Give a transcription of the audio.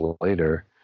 later